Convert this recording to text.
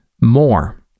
more